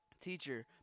Teacher